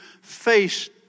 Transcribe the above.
face